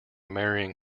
marrying